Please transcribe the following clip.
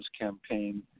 Campaign